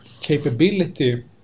capability